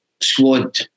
squad